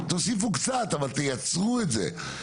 תוסיפו קצת אבל תייצרו את זה.